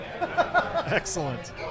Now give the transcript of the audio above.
Excellent